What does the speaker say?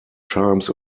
times